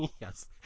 Yes